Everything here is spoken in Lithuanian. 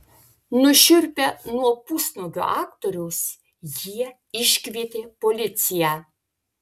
nušiurpę nuo pusnuogio aktoriaus jie iškvietė policiją